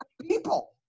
people